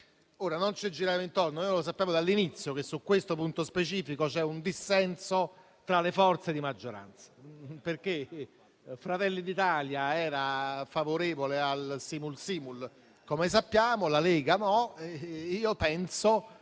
non ci giriamo intorno: noi lo sappiamo dall'inizio che su questo punto specifico c'è un dissenso tra le forze di maggioranza perché Fratelli d'Italia era favorevole al *simul simul*, come sappiamo, la Lega no e io penso